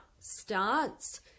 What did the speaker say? starts